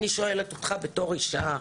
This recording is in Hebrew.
אני שואלת אותך בתור אישה.